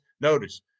Notice